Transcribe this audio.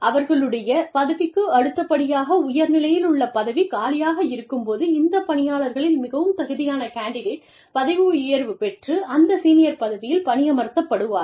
அவர்களுடைய பதவிக்கு அடுத்தபடியாக உயர்நிலையிலுள்ள பதவி காலியாக இருக்கும் போது இந்த பணியாளர்களில் மிகவும் தகுதியான கேண்டிடேட் பதவி உயர்வு பெற்று அந்த சீனியர் பதவியில் பணியமர்த்தப்படுவார்